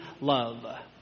love